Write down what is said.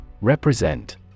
Represent